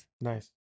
Nice